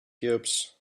cubes